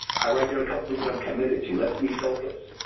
i write down a couple things i'm committed to. let's me focus.